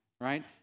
right